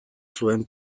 zuen